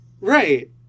right